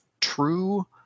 true